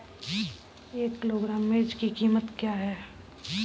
एक किलोग्राम मिर्च की कीमत क्या है?